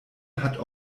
hat